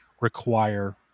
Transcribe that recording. require